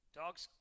dogs